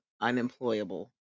unemployable